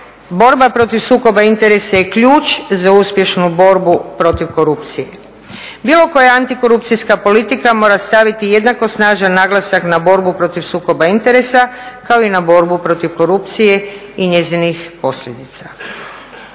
borba protiv sukoba interesa je ključ za uspješnu borbu protiv korupcije. Bilo koja antikorupcijska politika mora staviti jednako snažan naglasak na borbu protiv sukoba interesa, kao i na borbu protiv korupcije i njezinih posljedica.